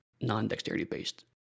non-dexterity-based